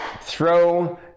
throw